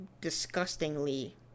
disgustingly